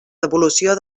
devolució